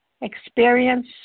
experience